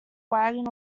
wagon